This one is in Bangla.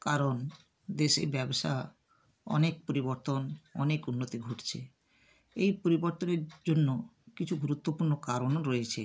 কারণ দেশে ব্যবসা অনেক পরিবর্তন অনেক উন্নতি ঘটছে এই পরিবর্তনের জন্য কিছু গুরুত্বপূর্ণ কারণও রয়েছে